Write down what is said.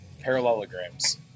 parallelograms